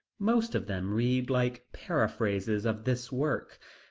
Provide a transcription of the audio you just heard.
most of them read like paraphrases of this work.